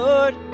Lord